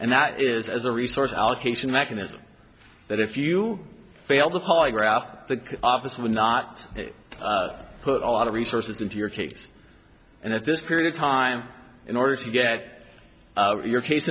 and that is as a resource allocation mechanism that if you failed the polygraph the office would not put a lot of resources into your case and that this period of time in order to get your case